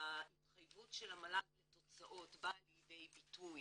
וההתחייבות של המל"ג לתוצאות באה לידי ביטוי